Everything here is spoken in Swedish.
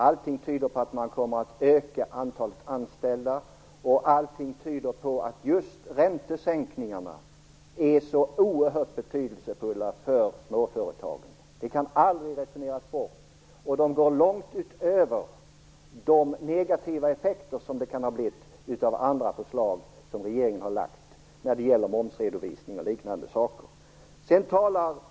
Allting tyder på att antalet anställda kommer att öka, och allting tyder på att just räntesänkningarna är oerhört betydelsefulla för småföretagen. Det kan aldrig resoneras bort. Detta går långt utöver de negativa effekter som andra förslag som regeringen har lagt fram, t.ex. vad gäller momsredovisningen, kan ha haft.